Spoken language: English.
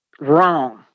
wrong